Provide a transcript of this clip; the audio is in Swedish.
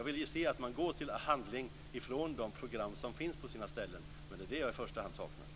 Jag vill se att man går från ord i de program som finns på sina ställen till handling, men det är det jag i första hand saknar.